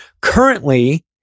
Currently